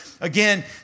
again